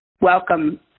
welcome